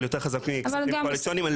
אבל יותר חזק מכספים קואליציוניים.